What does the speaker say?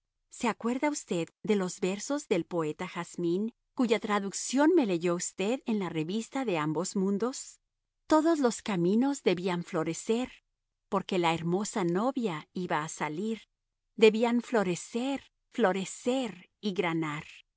se acuerda usted de los versos del poeta jasmin cuya traducción me leyó usted en la revista de ambos mundos todos los caminos debían florecer porque la hermosa novia iba a salir debían florecer florecer y granar